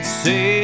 say